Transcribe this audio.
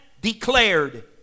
declared